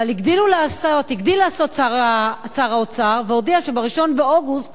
אבל הגדיל לעשות שר האוצר והודיע שב-1 באוגוסט